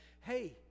hey